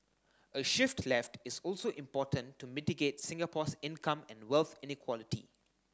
a shift left is also important to mitigate Singapore's income and wealth inequality